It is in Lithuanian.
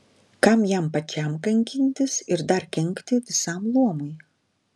kam jam pačiam kankintis ir dar kenkti visam luomui